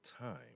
time